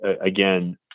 again